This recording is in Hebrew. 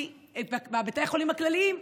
כי בבתי החולים הכלליים,